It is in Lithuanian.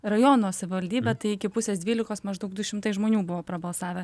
rajono savivaldybė tai iki pusės dvylikos maždaug du šimtai žmonių buvo prabalsavę